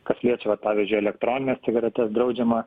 kas liečia va pavyzdžiui elektronines cigaretes draudžiama